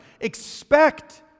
Expect